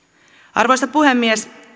arvoisa puhemies